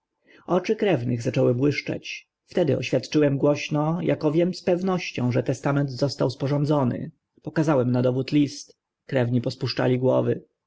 oczy krewnych zaczęły błyszczeć wtedy oświadczyłem głośno ako wiem z pewnością że testament został sporządzony pokazałem na dowód list krewni pospuszczali głowy